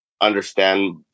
understand